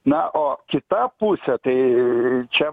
na o kita pusė tai čia